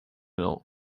know